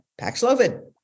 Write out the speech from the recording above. Paxlovid